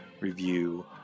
review